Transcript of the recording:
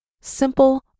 Simple